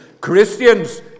Christians